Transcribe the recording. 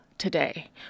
today